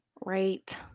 Right